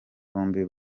bombi